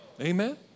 Amen